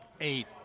Eight